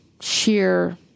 sheer